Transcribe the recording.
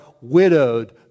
widowed